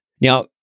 Now